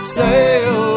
sail